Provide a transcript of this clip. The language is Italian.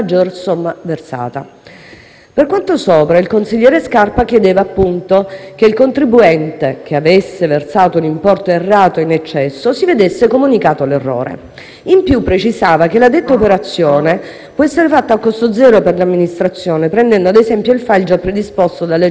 che il contribuente che avesse versato un importo errato in eccesso si vedesse comunicato l'errore. In più precisava che la detta operazione poteva essere fatta a costo zero per l'amministrazione prendendo, ad esempio, il *file* già predisposto dall'Agenzia delle entrate e aggiornabile allo scopo senza produrre alcuna informativa.